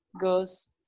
goes